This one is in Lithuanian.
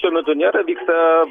šiuo metu nėra vyksta